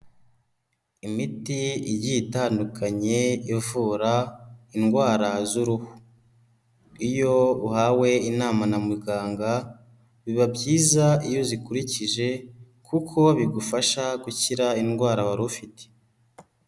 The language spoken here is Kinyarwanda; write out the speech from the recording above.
Imiti igiye itandukanye ivura indwara z'uruhu. Iyo uhawe inama na muganga, biba byiza iyo uzikurikije kuko bigufasha gukira indwara wari ufite.